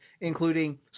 including